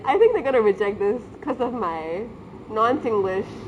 I think they're going to reject this because of my non-english